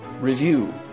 review